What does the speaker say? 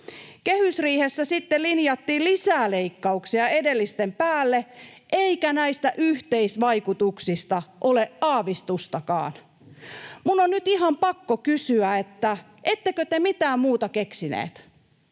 Kehysriihessä sitten linjattiin lisää leikkauksia edellisten päälle, eikä näistä yhteisvaikutuksista ole aavistustakaan. Minun on nyt ihan pakko kysyä: Ettekö te mitään muuta keksineet?